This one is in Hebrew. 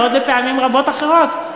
ועוד פעמים רבות אחרות,